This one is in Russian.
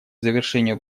завершению